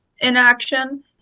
inaction